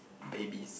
babies